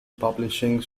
publishing